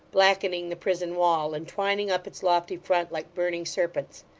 blackening the prison-wall, and twining up its loftly front like burning serpents.